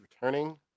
returning